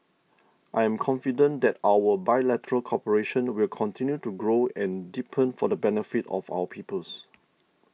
I'm confident that our bilateral cooperation will continue to grow and deepen for the benefit of our peoples